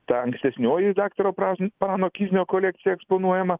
ta ankstesnioji daktaro prazn prano kiznio kolekcija eksponuojama